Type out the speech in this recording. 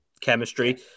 chemistry